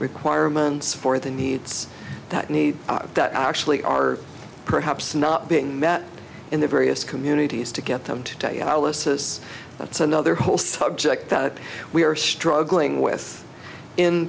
requirements for the needs that need that actually are perhaps not being met in the various communities to get them to tell you i will assess that's another whole subject that we are struggling with in